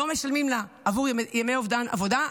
לא משלמים לה עבור אובדן ימי עבודה.